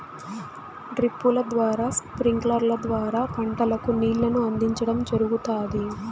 డ్రిప్పుల ద్వారా స్ప్రింక్లర్ల ద్వారా పంటలకు నీళ్ళను అందించడం జరుగుతాది